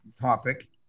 topic